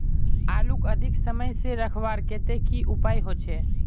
आलूक अधिक समय से रखवार केते की उपाय होचे?